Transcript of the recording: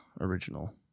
original